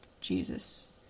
Jesus